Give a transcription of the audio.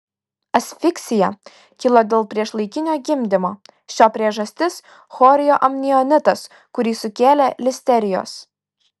asfiksija kilo dėl priešlaikinio gimdymo šio priežastis chorioamnionitas kurį sukėlė listerijos